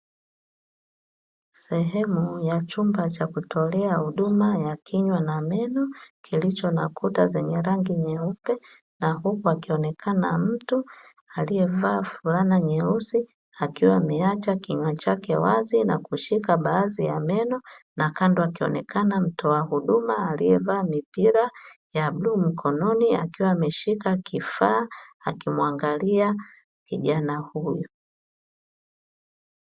Sehemu ya chumba cha kutolea huduma ya kinywa na meno, kilicho na kuta zenye rangi nyeupe na huku akionekana mtu aliyevaa flana nyeusi akiwa ameacha kinywa chake wazi na kushika baadhi ya meno, na kando akionekana mtoa huduma aliyevaa mipira ya bluu mikononi akiwa ameshika kifaa akimwangalia kijana huyu.